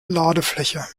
ladefläche